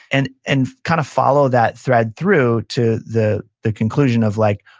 and and kind of follow that thread through to the the conclusion of like,